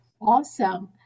Awesome